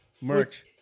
Merch